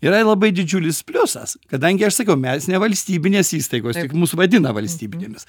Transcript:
yra labai didžiulis pliusas kadangi aš sakiau mes ne valstybinės įstaigos mus vadina valstybinėmis